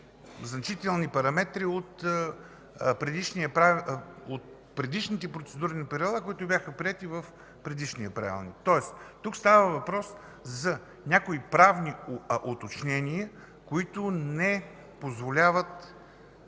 значителни параметри от предишните, които бяха приети в предишния Правилник. Тоест тук става въпрос за някои правни уточнения, които не позволяват